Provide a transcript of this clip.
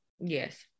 Yes